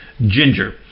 Ginger